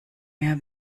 mehr